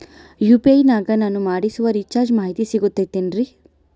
UPI ನಾಗ ನಾನು ಮಾಡಿಸಿದ ರಿಚಾರ್ಜ್ ಮಾಹಿತಿ ಸಿಗುತೈತೇನ್ರಿ?